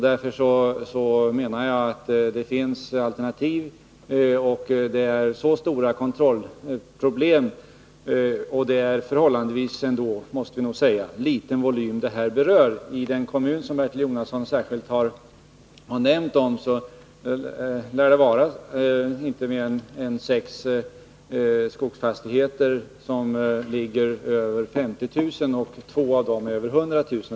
Därför menar jag att det finns alternativ. Kontrollproblemen är stora, och det är ändå — måste vi nog säga — en förhållandevis liten volym som berörs. I den kommun som Bertil Jonasson särskilt har omnämnt lär det vara inte mer än sex skogsfastigheter som ligger över 50 000, och två av dem över 100 000.